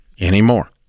anymore